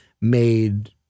made